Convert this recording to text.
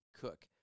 cook